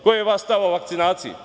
Ko je od vas tamo na vakcinaciji?